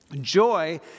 Joy